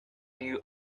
new